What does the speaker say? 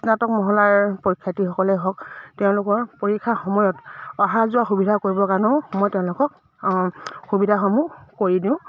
স্নাতক মহলাৰ পৰীক্ষাৰ্থীসকলে হওক তেওঁলোকৰ পৰীক্ষা সময়ত অহা যোৱা সুবিধা কৰিবৰ কাৰণেও মই তেওঁলোকক সুবিধাসমূহ কৰি দিওঁ